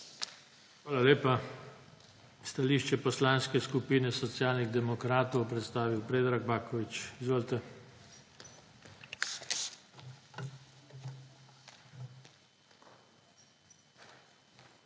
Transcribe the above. Hvala lepa. Stališče Poslanske skupine Socialnih demokratov bo predstavil Predrag Baković. Izvolite. PREDRAG